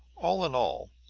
all in all,